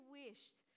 wished